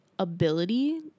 Ability